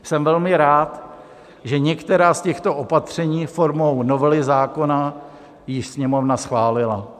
Jsem velmi rád, že některá z těchto opatření formou novely zákona již Sněmovna schválila.